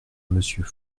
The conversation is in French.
monsieur